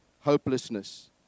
hopelessness